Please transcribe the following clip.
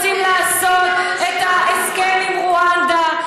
ועכשיו אתם רוצים לעשות את ההסכם עם רואנדה.